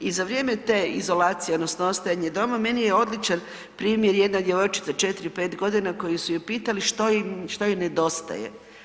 I za vrijeme te izolacije odnosno ostajanje doma, meni je odličan primjer jedna djevojčica 4, 5 godina koju su je pitali što joj nedostaje.